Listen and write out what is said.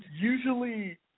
usually